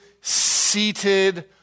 seated